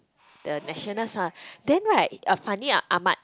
the nationals lah then right uh Fandi-Ahmad